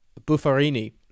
Buffarini